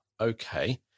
Okay